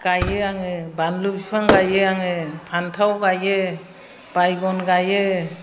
गायो आङो बानलु बिफां गायो आङो फानथाव गायो बाइगन गायो